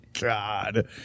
God